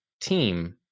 team